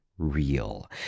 real